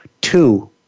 two